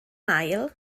ail